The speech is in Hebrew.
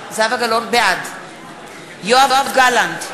בעד יואב גלנט,